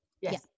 Yes